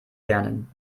lernen